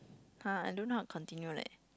!huh! I don't know how to continue leh